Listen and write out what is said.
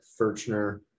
Furchner